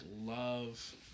love